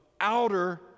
outer